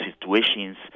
situations